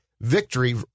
Victory